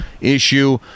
issue